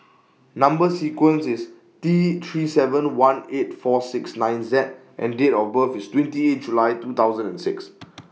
Number sequence IS T three seven one eight four six nine Z and Date of birth IS twenty eight July two thousand and six